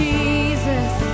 Jesus